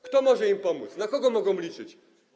Kto może im pomóc, na kogo mogą liczyć?